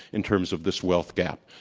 in terms of this wealth gap.